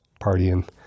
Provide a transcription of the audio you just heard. partying